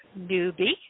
Newbie